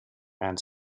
and